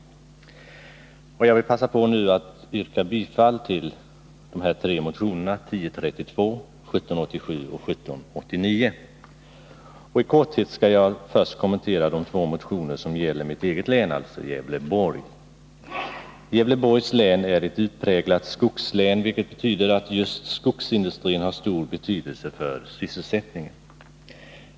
Jag vill yrka bifall till dessa tre motioner — 1032, 1787 och 1789. I korthet skall jag först kommentera de två motioner som gäller mitt eget Gävleborgs län är ett utpräglat skogslän, vilket innebär att just skogsin dustrin har stor betydelse för sysselsättningen.